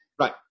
Right